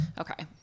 Okay